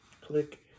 Click